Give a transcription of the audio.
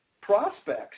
prospects